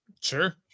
Sure